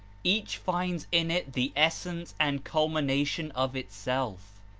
each finds in it the essence and culmination of itself.